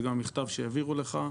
זה גם במכתב שהעבירו לך,